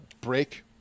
break